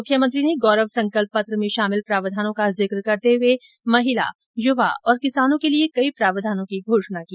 मुख्यमंत्री ने गौरव संकल्प पत्र में शामिल प्रावधानों का जिक करते हुए महिला युवा और किसानों के लिये कई प्रावधानों की घोषणा की